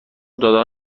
دادهها